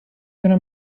gonna